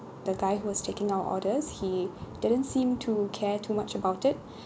the guy who was taking our orders he didn't seem to care too much about it